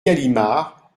galimard